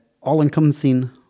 all-encompassing